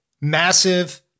massive